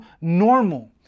normal